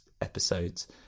episodes